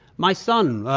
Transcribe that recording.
my son,